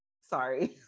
sorry